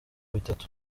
bitatu